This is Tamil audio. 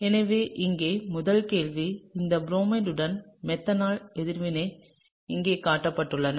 எனவே இங்கே முதல் கேள்வி இந்த புரோமைடுடன் மெத்தனால் எதிர்வினை இங்கே காட்டப்பட்டுள்ளது